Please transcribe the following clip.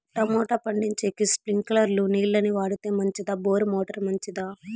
Tomato పండించేకి స్ప్రింక్లర్లు నీళ్ళ ని వాడితే మంచిదా బోరు మోటారు మంచిదా?